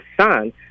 son